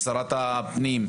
שרת הפנים,